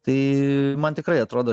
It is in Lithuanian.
tai man tikrai atrodo